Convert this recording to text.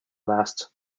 last